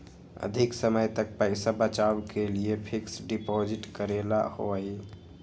अधिक समय तक पईसा बचाव के लिए फिक्स डिपॉजिट करेला होयई?